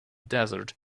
desert